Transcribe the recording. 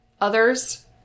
others